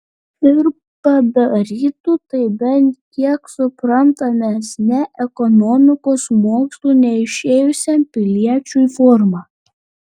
ir padarytų tai bent kiek suprantamesne ekonomikos mokslų neišėjusiam piliečiui forma